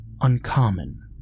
uncommon